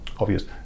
obvious